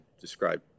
describe